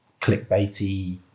clickbaity